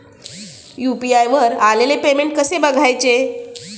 UPI वर आलेले payment कसे बघायचे?